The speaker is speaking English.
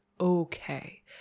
okay